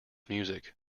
music